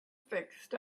fixed